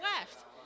left